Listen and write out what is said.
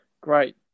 great